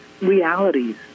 realities